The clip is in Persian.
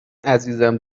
عزیزم